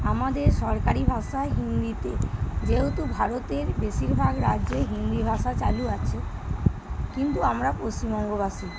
আমাদের সরকারি ভাষা হিন্দিতে যেহেতু ভারতের বেশিরভাগ রাজ্যে হিন্দি ভাষা চালু আছে কিন্তু আমরা পশ্চিমবঙ্গবাসী